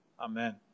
Amen